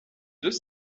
deux